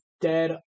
dead